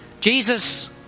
Jesus